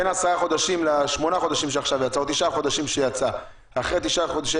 בין עשרה חודשים לתשעה חודשים שעכשיו יצא אם היו